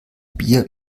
bier